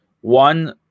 one